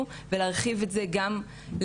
כי באמת עברתי פגיעה לצורך העניין.